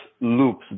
loops